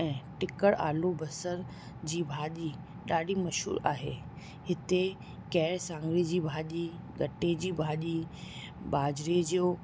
ऐं टिकड़ आलू बसर जी भाॼी ॾाढी मशहूरु आहे हिते कैर सांगिरी जी भाॼी गटे जी भाॼी बाजरे जो